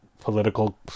political